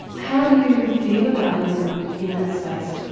how do you feel about living in that space?